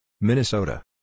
Minnesota